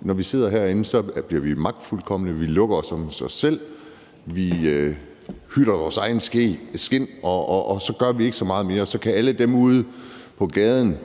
når vi sidder herinde, bliver vi magtfuldkomne, og vi lukker os om os selv; vi hytter vores eget skind, og så gør vi ikke så meget mere. Og så kan alle dem ude på gaden